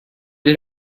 did